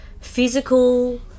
physical